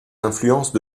influences